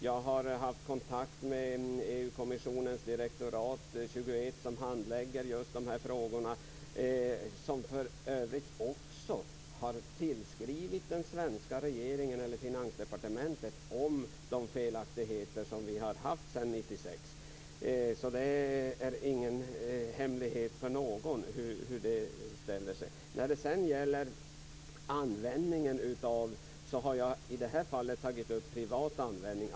Jag har haft kontakt med EU-kommissionens direktorat XXI som handlägger just de här frågorna och som för övrigt också har tillskrivit den svenska regeringen eller Finansdepartementet om de felaktigheter som vi har haft sedan 1996. Det är alltså ingen hemlighet för någon hur det här ställer sig. När det sedan gäller användningen av oljan har jag i det här fallet tagit upp privat användning.